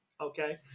Okay